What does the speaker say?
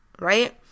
right